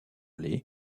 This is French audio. les